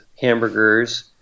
hamburgers